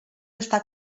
está